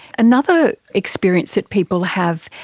another experience that people have,